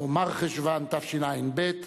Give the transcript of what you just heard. או מרחשוון, תשע"ב,